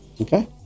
Okay